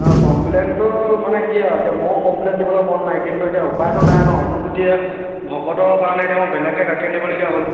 অঁ কমপ্লেইনটো মানে কি আৰু এতিয়া মইয়ো কমপ্লেইন দিবলৈ মন নাই কিন্তু এতিয়া উপায়টো নাই ন মোক এতিয়া ভকতৰ কাৰণে এতিয়া মই বেলেগকে গাখীৰ আনিবলগীয়া হ'ল